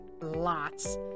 lots